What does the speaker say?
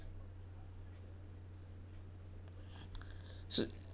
so